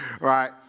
right